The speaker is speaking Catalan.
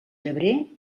llebrer